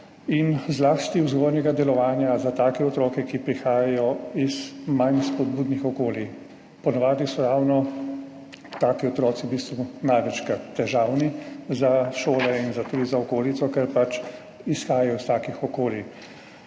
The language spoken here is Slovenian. in zlasti vzgojnega delovanja za take otroke, ki prihajajo iz manj spodbudnih okolij. Po navadi so ravno taki otroci največkrat težavni za šole in tudi za okolico, ker pač izhajajo iz takih okolij.